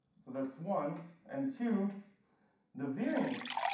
so that's one and two the variance